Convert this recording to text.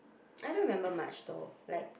I don't remember much though like